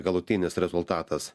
galutinis rezultatas